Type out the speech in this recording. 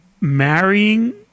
marrying